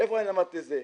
איפה אני למדתי את זה?